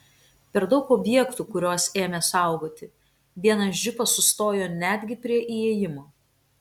per daug objektų kuriuos ėmė saugoti vienas džipas sustojo netgi prie įėjimo